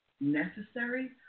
necessary